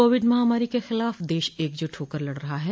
Covid महामारी के खिलाफ देश एकजुट होकर लड़ रहा है